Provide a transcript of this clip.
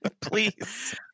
Please